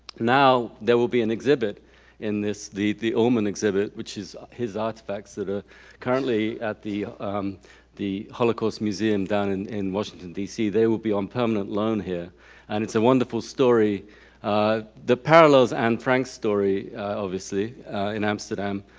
now there will be an exhibit in this the the ullman exhibit, which is his artifacts that are currently at the the holocaust museum down in in washington d c. they will be on permanent loan here and it's a wonderful story ah that parallels anne frank's story obviously in amsterdam.